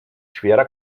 schwerer